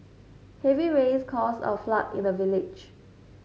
heavy rains caused a flood in the village